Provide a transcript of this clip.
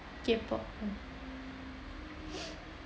K pop